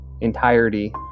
entirety